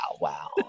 wow